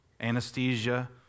anesthesia